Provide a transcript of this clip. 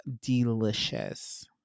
delicious